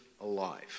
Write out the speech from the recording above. alive